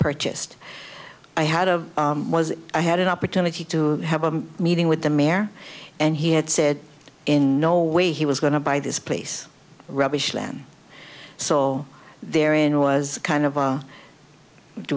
purchased i had a was i had an opportunity to have a meeting with the mare and he had said in no way he was going to buy this place rubbish when i saw there in was kind of a do